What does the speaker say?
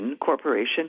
Corporation